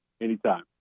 Anytime